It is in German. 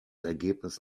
ergebnis